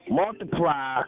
multiply